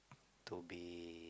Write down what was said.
to be